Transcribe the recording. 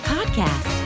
Podcast